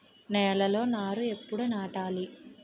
నేలలో నారు ఎప్పుడు నాటాలి?